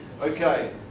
Okay